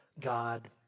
God